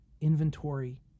inventory